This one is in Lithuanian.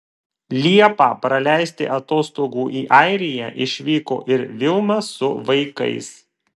liepą praleisti atostogų į airiją išvyko ir vilma su vaikais